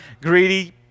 greedy